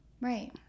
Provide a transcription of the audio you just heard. right